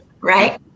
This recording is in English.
right